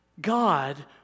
God